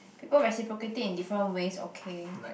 people reciprocating in different ways okay